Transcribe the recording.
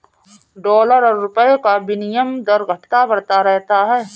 dollar और रूपए का विनियम दर घटता बढ़ता रहता है